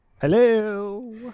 Hello